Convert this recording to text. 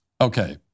Okay